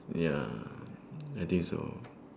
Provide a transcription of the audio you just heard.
ya I think so